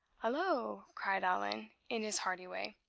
halloo! cried allan, in his hearty way.